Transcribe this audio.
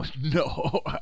No